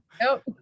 Nope